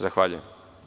Zahvaljujem.